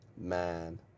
Man